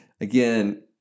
again